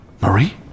Marie